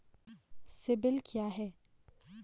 CIBIL क्या है?